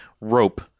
rope